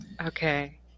okay